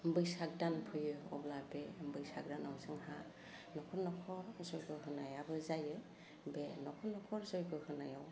बैसाग दान फैयो अब्ला बे बैसाग दानाव जोंहा नखर न'खर जय्ग' होनायाबो जायो बे नखर नखर जय्ग' होनायाव